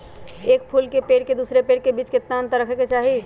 एक फुल के पेड़ के दूसरे पेड़ के बीज केतना अंतर रखके चाहि?